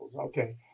okay